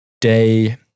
day